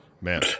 Man